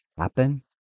happen